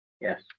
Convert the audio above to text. Yes